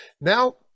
Now